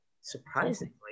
surprisingly